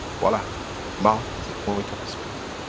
voila. mouth is the point of speaking.